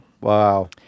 Wow